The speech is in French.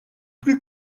plus